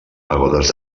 pagodes